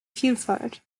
vielfalt